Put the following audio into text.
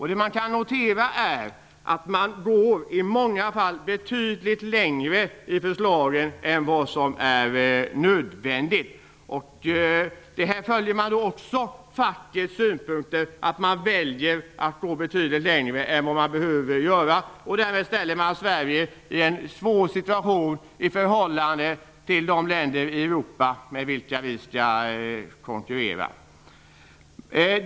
I många fall går förslagen betydligt längre än vad som är nödvändigt. Här följer man också fackets synpunkter och väljer att gå betydligt längre än vad som behövs. Därmed hamnar Sverige i en svår situation i förhållande till de länder i Europa som vi skall konkurrera med.